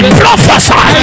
prophesy